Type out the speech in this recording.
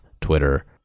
Twitter